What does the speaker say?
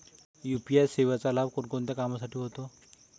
UPI सेवेचा लाभ कोणकोणत्या कामासाठी होतो?